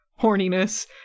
horniness